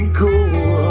cool